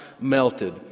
melted